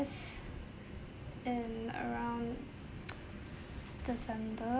in around december